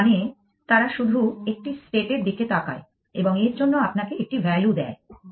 এর মানে তারা শুধুমাত্র একটি স্টেট এর দিকে তাকায় এবং এর জন্য আপনাকে একটি ভ্যালু দেয়